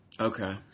Okay